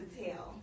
tell